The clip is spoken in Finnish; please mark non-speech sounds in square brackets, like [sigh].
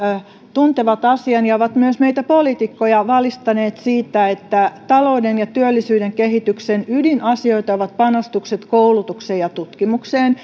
tuntevat asian ja ovat myös meitä poliitikkoja valistaneet siitä että talouden ja työllisyyden kehityksen ydinasioita ovat panostukset koulutukseen ja tutkimukseen [unintelligible]